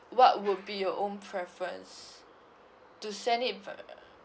what would be your own preference to send it uh